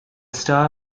star